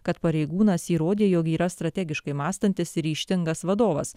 kad pareigūnas įrodė jog yra strategiškai mąstantis ryžtingas vadovas